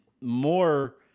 more